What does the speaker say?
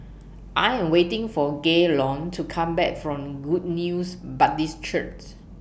I Am waiting For Gaylon to Come Back from Good News Baptist Church